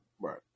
Right